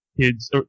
kids